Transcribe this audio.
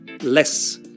less